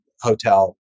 hotel